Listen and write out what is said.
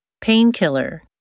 Painkiller